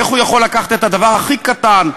איך הוא יכול לקחת את הדבר הכי קטן,